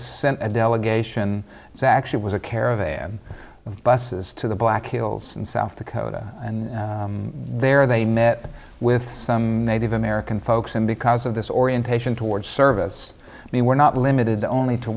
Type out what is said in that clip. sent a delegation it's actually was a caravan of busses to the black hills in south dakota and there they met with some native american folks and because of this orientation toward service i mean we're not limited only to